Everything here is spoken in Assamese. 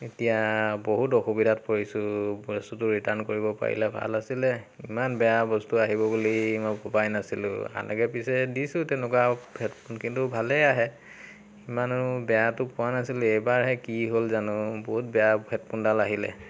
এতিয়া বহুত অসুবিধাত পৰিছোঁ বস্তুটো ৰিটাৰ্ণ কৰিব পাৰিলে ভাল আছিলে ইমান বেয়া বস্তু আহিব বুলি মই ভবাই নাছিলোঁ সেনেকৈ পিছে দিছোঁ তেনেকুৱা হেডফোন কিন্তু ভালেই আহে ইমানো বেয়াতো পোৱা নাছিলোঁ এইবাৰহে কি হ'ল জানোঁ বহুত বেয়া হেডফোনডাল আহিলে